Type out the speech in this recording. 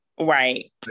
Right